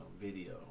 video